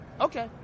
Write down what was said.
Okay